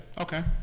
Okay